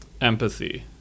Empathy